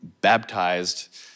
baptized